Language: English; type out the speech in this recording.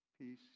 Peace